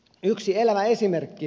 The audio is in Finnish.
yksi elävä esimerkki